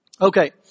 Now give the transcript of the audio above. Okay